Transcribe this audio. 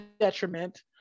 detriment